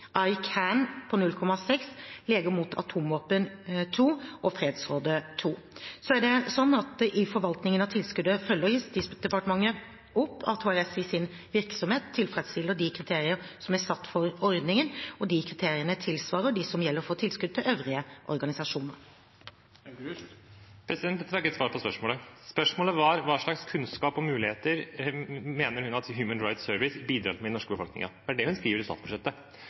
atomvåpen: 2,0 mill. kr Norges Fredsråd: 2,0 mill. kr I forvaltningen av tilskuddet følger Justisdepartementet opp at HRS i sin virksomhet tilfredsstiller de kriterier som er satt for ordningen, og de kriteriene tilsvarer dem som gjelder for tilskudd til øvrige organisasjoner. Dette var ikke et svar på spørsmålet. Spørsmålet var hva slags kunnskap og muligheter hun mener at Human Rights Service bidrar med til den norske befolkningen. Det er det hun skriver i statsbudsjettet.